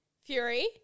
Fury